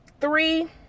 three